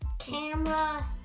camera